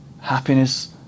happiness